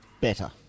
better